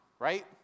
right